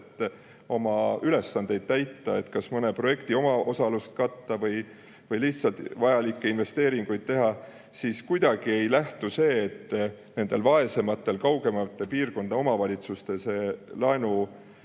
et oma ülesandeid täita, kas mõne projekti omaosalust katta või lihtsalt vajalikke investeeringuid teha –, siis kuidagi ei nähtu see, et vaesematel, kaugemate piirkondade omavalitsustel oleks